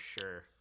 sure